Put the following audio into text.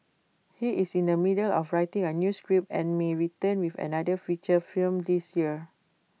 he is in the middle of writing A new script and may return with another feature film this year